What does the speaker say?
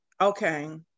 Okay